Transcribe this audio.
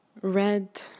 red